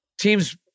Teams